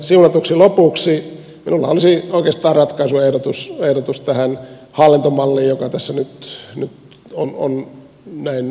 siunatuksi lopuksi minulla olisi oikeastaan ratkaisuehdotus tähän hallintomalliin joka tässä nyt näin voimakkaana aaltoilee